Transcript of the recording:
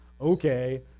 Okay